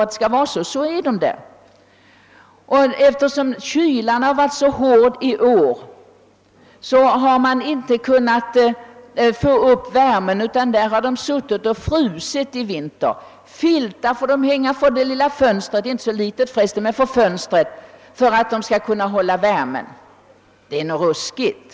Eftersom kylan har varit så hård i vinter har det i vissa avdelningar inte gått att hålla temperaturen i cellerna, utan internerna har suttit där och frusit, och de har fått hänga filtar för fönstret för att försöka få upp värmen. Det är rent ruskigt!